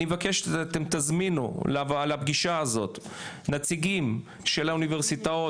אני מבקש שתזמינו לפגישה הזאת נציגים של האוניברסיטאות,